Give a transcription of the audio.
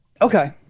Okay